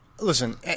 Listen